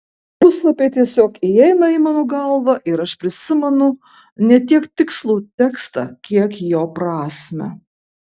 puslapiai tiesiog įeina į mano galvą ir aš prisimenu ne tiek tikslų tekstą kiek jo prasmę